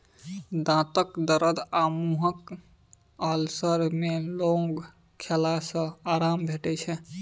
दाँतक दरद आ मुँहक अल्सर मे लौंग खेला सँ आराम भेटै छै